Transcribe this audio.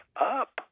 up